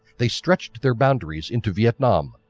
they stretched their boundaries into vietnam,